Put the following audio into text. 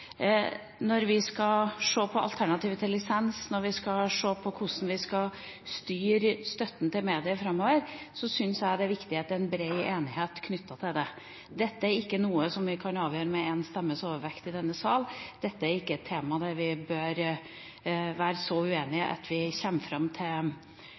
Når vi skal se på alternativ til lisens, når vi skal se på hvordan vi skal styre støtten til mediene framover, syns jeg det er viktig at det er en bred enighet om dette. Dette er ikke noe vi skal avgjøre med én stemmes overvekt i denne salen. Dette er ikke et tema der vi bør være så uenige at vi kommer fram til